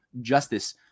justice